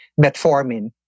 metformin